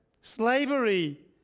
Slavery